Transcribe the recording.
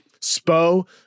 Spo